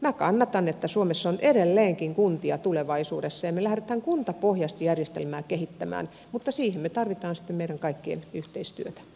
minä kannatan että suomessa on edelleenkin kuntia tulevaisuudessa ja me lähdemme kuntapohjaista järjestelmää kehittämään mutta siihen me tarvitsemme sitten meidän kaikkien yhteistyötä